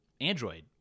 Android